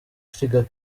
kigali